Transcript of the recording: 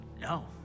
No